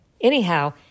Anyhow